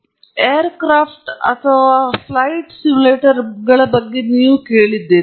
ನೀವು aircraft ಅಥವಾ flight ಸಿಮ್ಯುಲೇಟರ್ಗಳ ಬಗ್ಗೆ ಕೇಳಿದ್ದೀರಿ